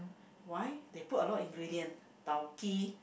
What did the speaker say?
why they put a lot of ingredient tao-kee